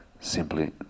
simply